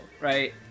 right